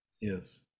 Yes